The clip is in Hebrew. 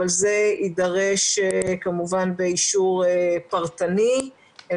אבל זה יידרש כמובן באישור פרטני אל